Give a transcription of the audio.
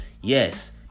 Yes